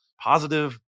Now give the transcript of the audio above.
positive